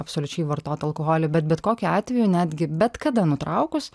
absoliučiai vartot alkoholį bet bet kokiu atveju netgi bet kada nutraukus